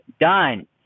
done